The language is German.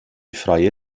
freie